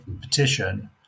petition